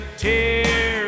tear